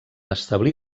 establir